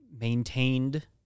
maintained